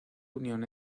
unión